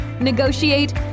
negotiate